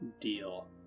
Deal